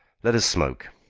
let us smoke.